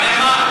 אתה יודע מה?